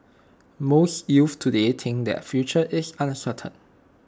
most youths today think their future is uncertain